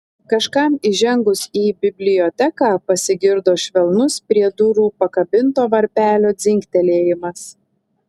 kažkam įžengus į biblioteką pasigirdo švelnus prie durų pakabinto varpelio dzingtelėjimas